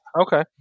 Okay